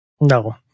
No